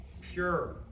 pure